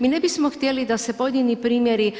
Mi ne bismo htjeli da se pojedini primjeri